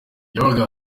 yabaga